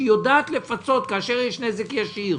שהיא יודעת לפצות כאשר יש נזק ישיר,